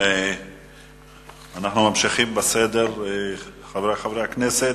אנחנו ממשיכים, חברי חברי הכנסת.